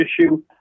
issue